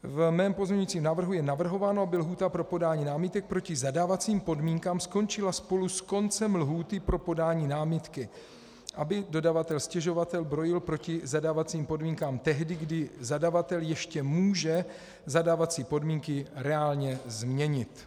V mém pozměňujícím návrhu je navrhováno, aby lhůta pro podání námitek proti zadávacím podmínkám skončila spolu s koncem lhůty pro podání námitky, aby dodavatel stěžovatel brojil proti zadávacím podmínkám tehdy, kdy zadavatel ještě může zadávací podmínky reálně změnit.